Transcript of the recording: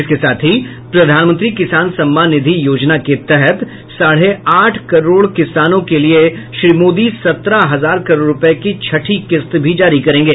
इसके साथ ही प्रधानमंत्री किसान सम्मान निधि योजना के तहत साढ़े आठ करोड़ किसानों के लिए श्री मोदी सत्रह हजार करोड़ रुपये की छठी किस्त भी जारी करेंगे